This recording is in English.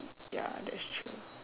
ya that's true